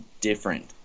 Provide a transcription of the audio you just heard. different